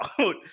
out